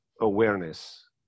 awareness